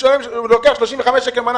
הוא לוקח 35 שקלים למנה.